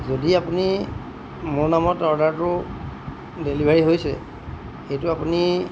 যদি আপুনি মোৰ নামত অৰ্ডাৰটো ডেলিভাৰী হৈছে সেইটো আপুনি